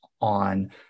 on